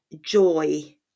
joy